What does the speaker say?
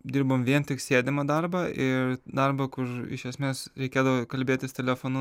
dirbom vien tik sėdimą darbą ir darbą kur iš esmės reikėdavo kalbėtis telefonu